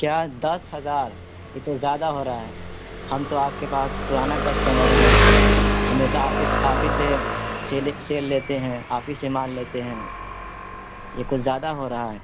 کیا دس ہزار یہ تو زیادہ ہو رہا ہے ہم تو آپ کے پاس پرانا کسٹمر ہے ہمیشہ آفس آفس سے سیل سیل لیتے ہیں آفس سے مان لیتے ہیں یہ کچھ زیادہ ہو رہا ہے